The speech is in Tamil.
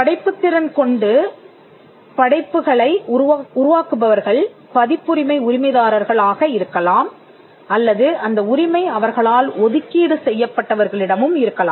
படைப்புத்திறன் கொண்டு படைப்புகளை உருவாக்குபவர்கள் பதிப்புரிமை உரிமைதாரர்கள் ஆக இருக்கலாம் அல்லது அந்த உரிமை அவர்களால் ஒதுக்கீடு செய்யப்பட்டவர்களிடமும் இருக்கலாம்